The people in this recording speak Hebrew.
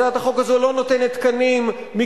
הצעת החוק הזו לא נותנת תקנים מקצועיים